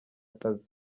akazi